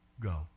go